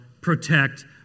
protect